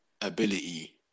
ability